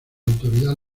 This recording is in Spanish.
autoridad